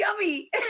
yummy